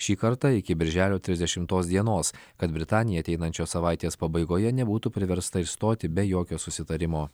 šį kartą iki birželio trisdešimtos dienos kad britanija ateinančios savaitės pabaigoje nebūtų priversta išstoti be jokio susitarimo